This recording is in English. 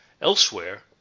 Elsewhere